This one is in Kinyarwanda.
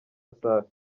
safi